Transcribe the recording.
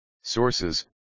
Sources